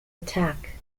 attack